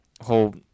whole